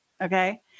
okay